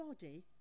body